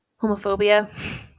homophobia